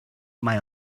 mae